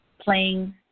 playing